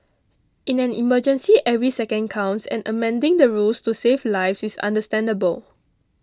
in an emergency every second counts and amending the rules to save lives is understandable